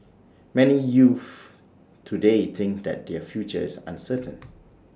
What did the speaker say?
many youths today think that their futures uncertain